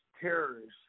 terrorists